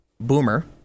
boomer